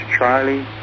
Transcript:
Charlie